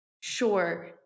sure